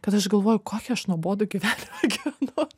kad aš galvoju kokį aš nuobodų gyvenimą gyvenu